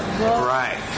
Right